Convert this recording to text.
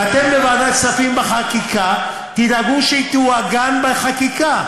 ואתם בוועדת כספים תדאגו שהיא תעוגן בחקיקה.